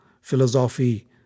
philosophy